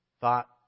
thought